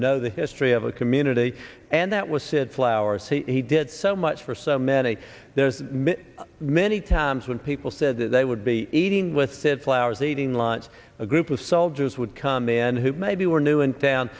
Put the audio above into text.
know the history of a community and that was said flowers he did so much for so many there are many times when people said that they would be eating with said flowers eating lunch a group of soldiers would come in who maybe were new and down